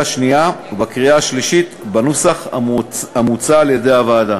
שנייה ובקריאה שלישית בנוסח המוצע על-ידי הוועדה.